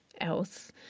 else